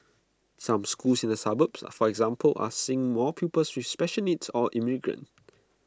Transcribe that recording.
some schools in the suburbs for example are seeing more pupils with special needs or immigrants